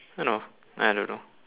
you know I don't know